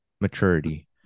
maturity